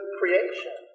creation